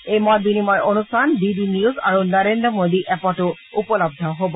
এই মত বিনিময় অনুষ্ঠান ডি ডি নিউজ আৰু নৰেন্দ্ৰ মোদী এপতো উপলব্ধ হব